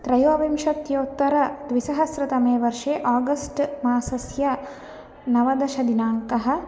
त्रयोविंशत्योत्तरद्विसहस्रतमेवर्षे August मासस्य नवदशदिनाङ्कः